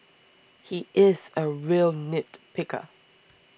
he is a real nitpicker